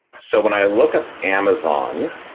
so when i look up amazon,